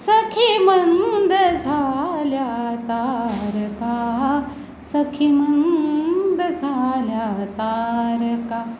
सखी मंद झाल्या तारका सखी मंद झाल्या तारका